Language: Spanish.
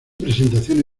presentación